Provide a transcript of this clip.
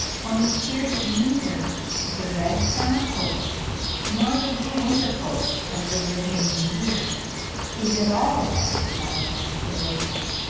when we hear that neither the red summer-coat nor the blue winter-coat of the virginian deer is at all affected by emasculation.